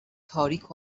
تاریک